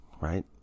Right